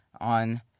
on